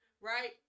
right